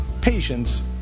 Patience